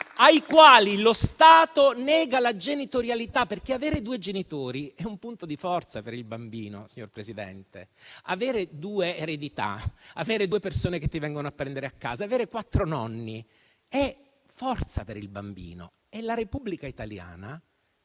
ai quali lo Stato nega la genitorialità. Avere due genitori è un punto di forza per il bambino; avere due eredità, avere due persone che ti vengono a prendere a casa, avere quattro nonni è forza per il bambino. Ma la Repubblica italiana